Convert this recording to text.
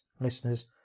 listeners